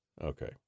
Okay